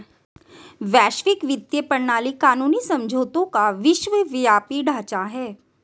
वैश्विक वित्तीय प्रणाली कानूनी समझौतों का विश्वव्यापी ढांचा है